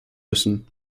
müssen